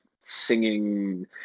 singing